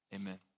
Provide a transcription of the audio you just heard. Amen